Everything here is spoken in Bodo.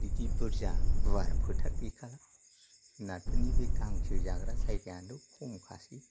बिदि बुरजा गुवार फोथार गैखाला जुनारफोरनि बे गांसो जाग्रा जायगायानो खम खासै